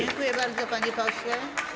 Dziękuję bardzo, panie pośle.